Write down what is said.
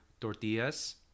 tortillas